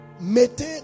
Mettez